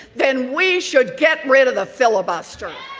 then we should get rid of the filibuster